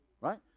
right